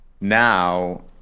now